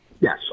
Yes